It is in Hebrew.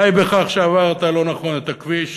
די בכך שעברת לא נכון את הכביש